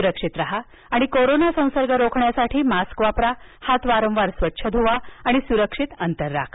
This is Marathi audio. सुरक्षित राहा आणि कोरोना संसर्ग रोखण्यासाठी मास्क वापरा हात वारंवार स्वच्छ ध्वा आणि सुरक्षित अंतर राखा